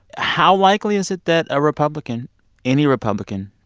how likely is it that a republican any republican,